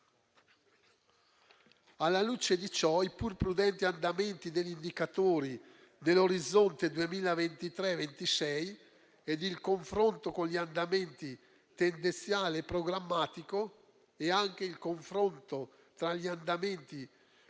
Alla luce di ciò, i pur prudenti andamenti degli indicatori dell'orizzonte 2023-2026 e il confronto con gli andamenti tendenziale e programmatico e anche il confronto tra gli andamenti